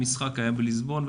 המשחק היה בליסבון.